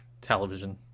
television